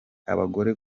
abagore